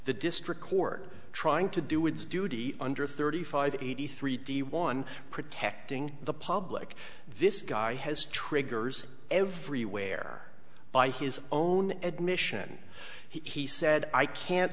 the district court trying to do its duty under thirty five eighty three d one protecting the public this guy has triggers everywhere by his own admission he said i can't